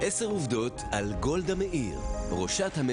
אני חושב שזה היה האתגר המשמעותי